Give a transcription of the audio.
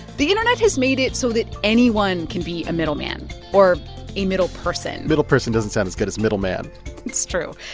the internet has made it so that anyone can be a middleman or a middleperson middleperson doesn't sound as good as middleman it's true.